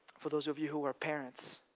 for those of you who are parents,